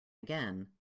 again